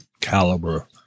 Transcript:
caliber